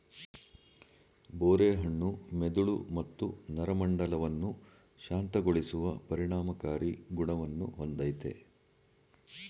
ಬೋರೆ ಹಣ್ಣು ಮೆದುಳು ಮತ್ತು ನರಮಂಡಲವನ್ನು ಶಾಂತಗೊಳಿಸುವ ಪರಿಣಾಮಕಾರಿ ಗುಣವನ್ನು ಹೊಂದಯ್ತೆ